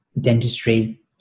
dentistry